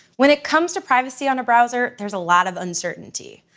when it comes to privacy on a browser, there's a lot of uncertainty.